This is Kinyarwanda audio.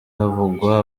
havugwa